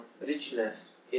richness